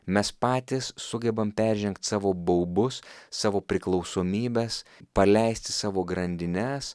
mes patys sugebam peržengt savo baubus savo priklausomybes paleisti savo grandines